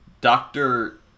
Doctor